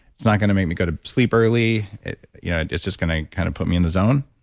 it's not going to make me go to sleep early? you know it's just going to kind of put me in the zone?